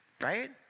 right